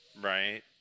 Right